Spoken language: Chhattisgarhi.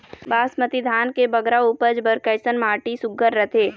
बासमती धान के बगरा उपज बर कैसन माटी सुघ्घर रथे?